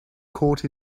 caught